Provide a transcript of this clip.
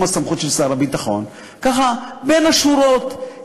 לכן, הביטוח לאומי היה